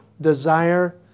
desire